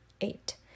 Eight